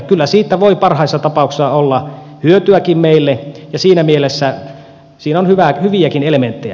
kyllä siitä voi parhaissa tapauksissa olla hyötyäkin meille ja siinä mielessä siinä on hyviäkin elementtejä